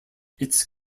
its